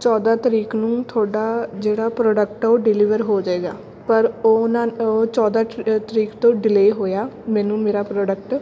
ਚੌਦਾਂ ਤਰੀਕ ਨੂੰ ਤੁਹਾਡਾ ਜਿਹੜਾ ਪ੍ਰੋਡਕਟ ਉਹ ਡਿਲੀਵਰ ਹੋ ਜਾਵੇਗਾ ਪਰ ਉਹਨਾਂ ਉਹ ਚੌਦਾਂ ਤਰ ਤਰੀਕ ਤੋਂ ਡਿਲੇ ਹੋਇਆ ਮੈਨੂੰ ਮੇਰਾ ਪ੍ਰੋਡਕਟ